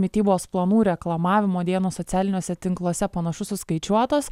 mitybos planų reklamavimo dienos socialiniuose tinkluose panašu suskaičiuotos